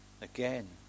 again